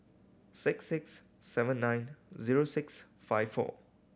six six seven nine zero six five four